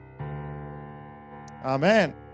Amen